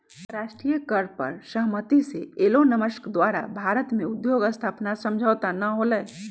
अंतरराष्ट्रीय कर पर असहमति से एलोनमस्क द्वारा भारत में उद्योग स्थापना समझौता न होलय